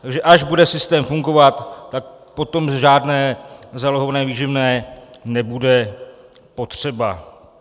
Takže až bude systém fungovat, tak potom žádné zálohované výživné nebude potřeba.